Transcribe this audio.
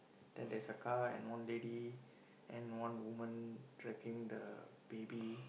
then there's a car and one lady and one woman tracking the baby